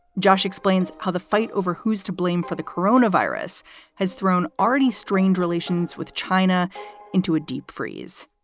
josh explains how the fight over who's to blame for the corona virus has thrown already strained relations with china into a deep freeze.